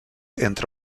entre